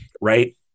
Right